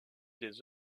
des